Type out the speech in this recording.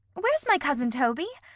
where's my cousin toby?